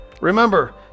Remember